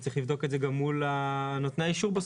וצריך לבדוק את זה גם מול נותני האישור בסוף.